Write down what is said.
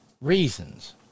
reasons